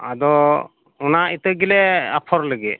ᱟᱫᱚ ᱚᱱᱟ ᱤᱛᱟᱹ ᱜᱮᱞᱮ ᱟᱯᱷᱚᱨ ᱞᱟᱹᱜᱤᱫ